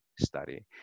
study